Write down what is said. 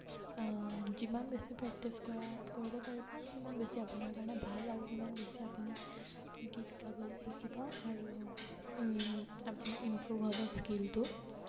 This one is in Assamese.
যিমান বেছি প্ৰেক্টিছ কৰা কৰিব পাৰিব সিমান বেছি আপোনাৰ কাৰণে ভাল আৰু সিমান বেছি আপুনি গীত গাবলৈ শিকিব আৰু আপোনাৰ ইম্প্ৰুভ হ'ব স্কিলটো